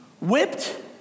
whipped